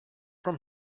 from